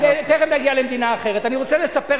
זה הסיפור